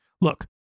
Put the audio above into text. Look